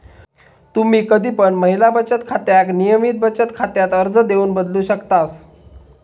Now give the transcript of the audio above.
तुम्ही कधी पण महिला बचत खात्याक नियमित बचत खात्यात अर्ज देऊन बदलू शकतास